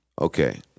Okay